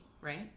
right